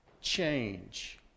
change